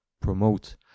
promote